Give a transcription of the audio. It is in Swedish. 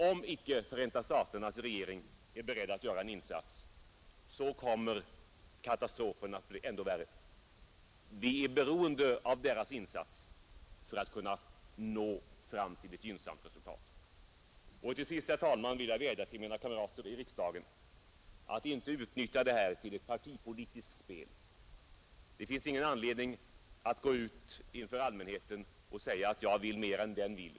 Om icke Förenta staternas regering är beredd att göra en insats, kommer katastrofen att bli ännu värre. Till sist vill jag vädja till mina kamrater i riksdagen att inte utnyttja det här till ett partipolitiskt spel. Det finns ingen anledning att gå ut inför allmänheten och säga: Jag vill mer än de andra vill.